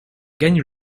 gagne